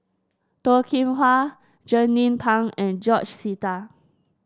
Toh Kim Hwa Jernnine Pang and George Sita